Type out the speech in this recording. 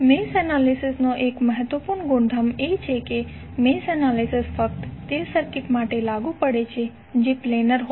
mesh analysis નો એક મહત્વપૂર્ણ ગુણધર્મ એ છે કે મેશ એનાલિસિસ ફક્ત તે સર્કિટ માટે લાગુ પડે છે જે પ્લેનર હોય